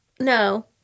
no